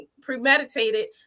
premeditated